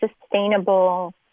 sustainable